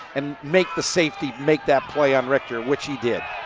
and make the safety make that play on richter which he did.